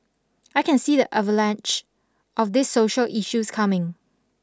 I can see the avalanche of this social issues coming